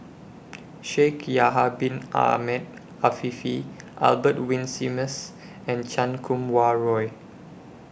Shaikh Yahya Bin Ahmed Afifi Albert Winsemius and Chan Kum Wah Roy